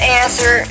answer